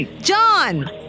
John